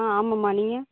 ஆ ஆமாம்மா நீங்கள்